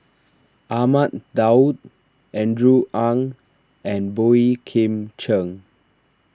Ahmad Daud Andrew Ang and Boey Kim Cheng